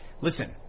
listen